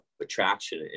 attraction